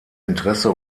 interesse